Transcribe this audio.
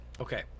Okay